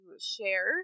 share